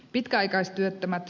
pitkäaikaistyöttömät